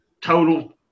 total